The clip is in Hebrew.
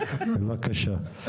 מדויקות,